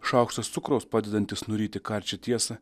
šaukštas cukraus padedantis nuryti karčią tiesą